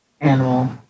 animal